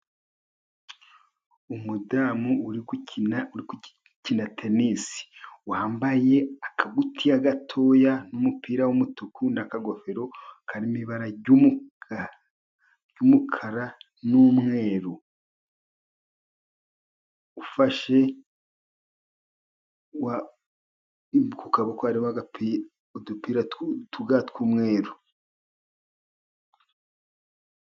Umudamu uri gukina tenisi wambaye akagutiya gatoya n'umupira w'umutuku ,n'akagofero karirimo ibara ry'umukara , n'umweru ufashe ,ku maboko hariho udupira tw'umweru.